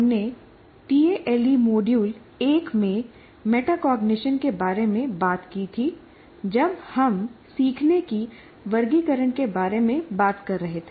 हमने TALE module 1 में metacognition के बारे में बात की थी जब हम सीखने की वर्गीकरण के बारे में बात कर रहे थे